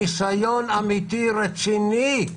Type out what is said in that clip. ניסיון אמיתי, רציני,